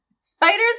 Spiders